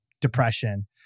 depression